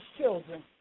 children